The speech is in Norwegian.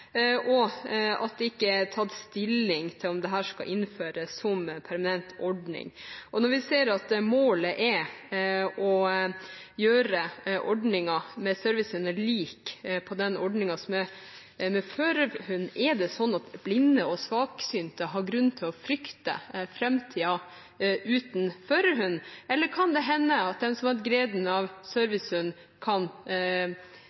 og at det ikke er tatt stilling til om dette skal innføres som en permanent ordning. Når vi ser at målet er å gjøre ordningen med servicehunder lik ordningen med førerhund, er det sånn at blinde og svaksynte har grunn til å frykte framtiden uten førerhund, eller kan det hende at den som har hatt gleden av